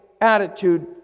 attitude